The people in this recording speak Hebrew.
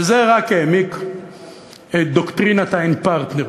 וזה רק העמיק את דוקטרינת ה"אין פרטנר".